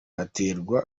haterwa